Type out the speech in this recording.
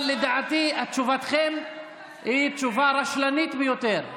אבל לדעתי תשובתכם היא תשובה רשלנית ביותר.